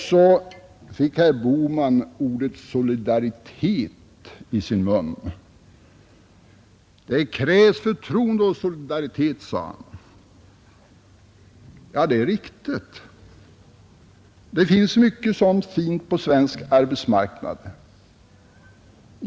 Herr Bohman fick ordet ”solidaritet” i sin mun. Det krävs förtroende och solidaritet, sade han. Ja, det är riktigt. Det finns också mycket fint sådant på svensk arbetsmarknad.